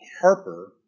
Harper